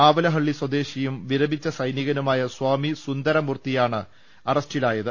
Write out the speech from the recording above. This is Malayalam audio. ആവലഹളളി സ്വദേശിയും വിരമിച്ച സൈനിക നുമായ സ്വാമി സുന്ദരമൂർത്തിയാണ് അറസ്റ്റിലായത്